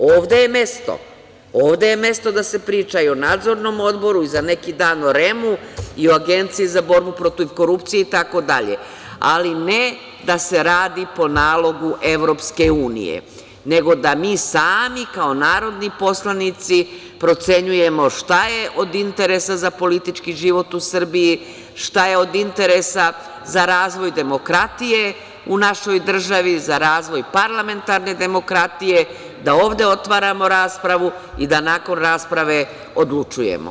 Ovde je mesto da se priča i o Nadzornom odboru, i za neki dan o REM-u, i o Agenciji za borbu protiv korupcije itd, ali ne da se radi po nalogu EU, nego da mi sami, kao narodni poslanici, procenjujemo šta je od interesa za politički život u Srbiji, šta je od interesa za razvoj demokratije u našoj državi, za razvoj parlamentarne demokratije, da ovde otvaramo raspravu i da nakon rasprave odlučujemo.